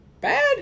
bad